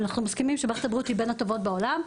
אנחנו מסכימים שמערכת הבריאות היא בין הטובות בעולם,